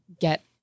get